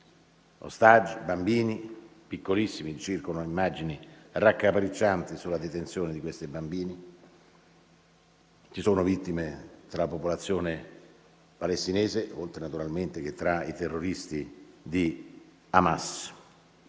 ostaggi, ai bambini piccolissimi: circolano immagini raccapriccianti sulla detenzione di questi bambini. Ci sono vittime tra la popolazione palestinese, oltre che naturalmente tra i terroristi di Hamas.